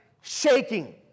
shaking